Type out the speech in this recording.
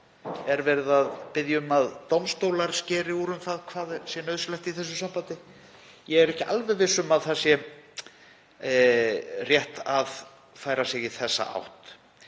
Er verið að biðja um að dómstólar skeri úr um það hvað sé nauðsynlegt í þessu sambandi? Ég er ekki alveg viss um að það sé rétt að færa sig í þessa átt.